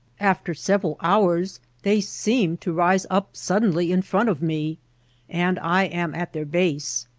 after several hours they seem to rise up suddenly in front of me and i am at their base.